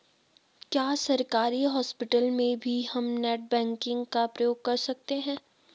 क्या सरकारी हॉस्पिटल में भी हम नेट बैंकिंग का प्रयोग कर सकते हैं?